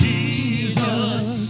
Jesus